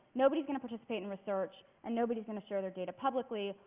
nobody's going to participate in research and nobody's going to share their data publicly.